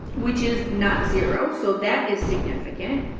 which is not zero, so that is significant.